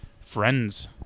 friends